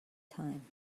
time